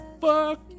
Fuck